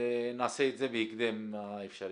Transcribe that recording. ונעשה את זה בהקדם האפשרי.